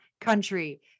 country